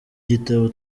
gitabo